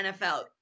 NFL